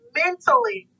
mentally